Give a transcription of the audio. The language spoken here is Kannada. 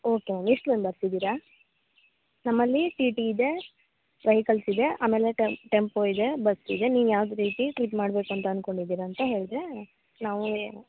ಓಕೆ ಮ್ಯಾಮ್ ಎಷ್ಟು ಮೆಂಬರ್ಸ್ ಇದೀರ ನಮ್ಮಲ್ಲಿ ಟಿ ಟಿ ಇದೆ ವೆಹಿಕಲ್ಸ್ ಇದೆ ಆಮೇಲೆ ಟೆಂಪೋ ಇದೆ ಬಸ್ ಇದೆ ನೀವು ಯಾವ್ದು ರೀತಿ ಟ್ರಿಪ್ ಮಾಡ್ಬೇಕಂತ ಅನ್ಕೊಂಡಿದೀರ ಅಂತ ಹೇಳಿದ್ರೆ ನಾವೂ